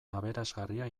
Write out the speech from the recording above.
aberasgarria